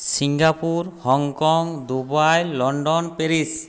Singapore Hong Kong Dubai London Paris